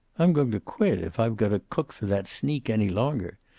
i'm going to quit if i've got to cook for that sneak any longer.